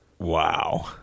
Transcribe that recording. Wow